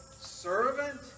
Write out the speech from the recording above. servant